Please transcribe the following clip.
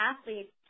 athletes